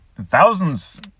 thousands